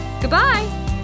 Goodbye